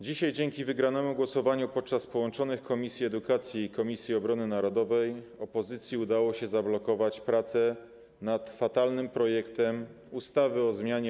Dzisiaj dzięki wygranemu głosowaniu podczas posiedzenia połączonych komisji edukacji i Komisji Obrony Narodowej opozycji udało się zablokować prace nad fatalnym projektem ustawy o zmianie